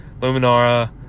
Luminara